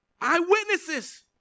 eyewitnesses